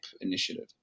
Initiative